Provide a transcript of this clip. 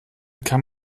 kann